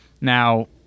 Now